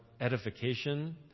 edification